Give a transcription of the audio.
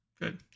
Good